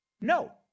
No